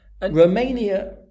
Romania